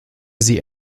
sie